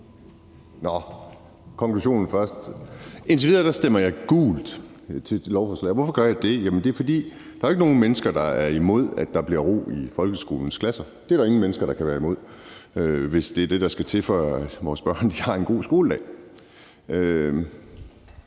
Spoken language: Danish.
med konklusionen først. Indtil videre stemmer jeg gult til lovforslaget, og hvorfor gør jeg det? Der er jo ikke nogen mennesker, der er imod, at der bliver ro i folkeskolens klasser; det er der ingen mennesker der kan være imod, hvis det er det, der skal til, for at vores børn har en god skoledag.